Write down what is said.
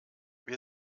wir